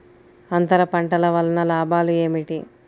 అంతర పంటల వలన లాభాలు ఏమిటి?